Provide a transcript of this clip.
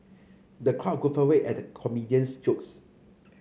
the crowd guffawed at the comedian's jokes